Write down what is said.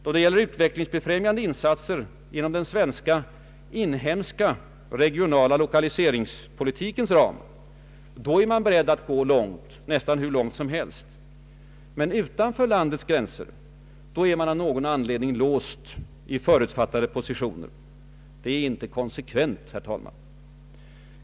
Då det gäller utvecklingsbefrämjande insatser inom den svenska inhemska regionaloch lokaliseringspolitikens ram då är man beredd att gå långt. Men utanför landets gränser är man av någon anledning låst i förutfattade positioner. Det är inte konsekvent.